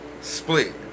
split